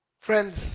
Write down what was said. Friends